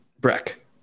Breck